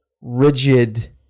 rigid